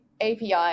API